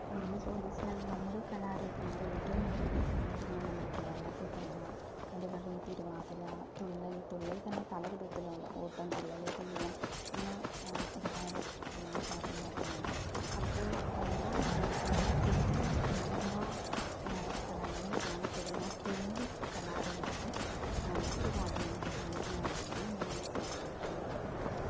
അങ്ങനെ ചോദിച്ചാൽ നമ്മുടെ കലാരൂപങ്ങള് ഏറ്റവും കൂടുതല് കാണപ്പെടുന്നത് നമ്മുടെ കേരളത്തിൽ തന്നെയാണ് കഥകളി തിരുവാതിര തുള്ളൽ തുള്ളൽ തന്നെ പലവിധത്തിലുണ്ട് ഓട്ടം തുള്ളല് തെയ്യം അങ്ങനെ ഒരുപാട് കാര്യങ്ങളൊക്കെ ഉണ്ട് അപ്പോൾ ഞാൻ ആഗ്രഹിക്കുന്നത് തെയ്യം മലബാർ സ്ഥലങ്ങളിൽ കാണപ്പെടുന്ന തെയ്യം കലാരൂപം മറ്റു രാജ്യങ്ങൾക്ക് കാണിക്കണമെന്നാണ് ഞാൻ ആഗ്രഹിക്കുന്നത് അത്